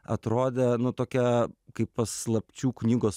atrodo nu tokia kaip paslapčių knygos